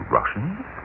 Russians